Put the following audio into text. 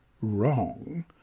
wrong